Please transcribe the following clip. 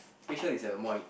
facial is a more